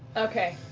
okay.